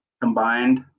combined